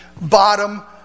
bottom